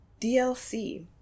DLC